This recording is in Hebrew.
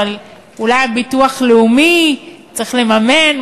אבל אולי הביטוח הלאומי צריך לממן,